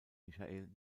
michael